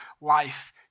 life